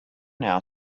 now